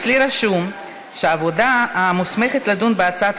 אצלי רשום שהוועדה המוסמכת לדון בהצעת